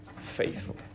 faithful